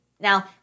Now